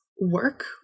work